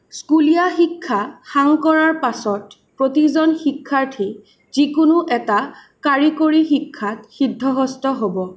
স্কুলীয়া শিক্ষা সাং কৰাৰ পাছত প্ৰতিজন শিক্ষাৰ্থী যিকোনো এটা কাৰিকৰী শিক্ষাত সিদ্ধহস্ত হ'ব